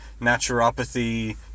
naturopathy